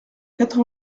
quatre